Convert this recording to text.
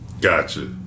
gotcha